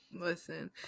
listen